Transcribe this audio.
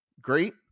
great